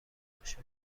باشه